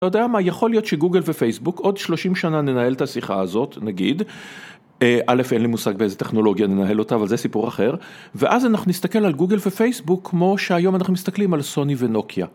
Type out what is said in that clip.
אתה יודע מה, יכול להיות שגוגל ופייסבוק עוד 30 שנה ננהל את השיחה הזאת, נגיד. א׳, אין לי מושג באיזה טכנולוגיה ננהל אותה, אבל זה סיפור אחר. ואז אנחנו נסתכל על גוגל ופייסבוק כמו שהיום אנחנו מסתכלים על סוני ונוקיה.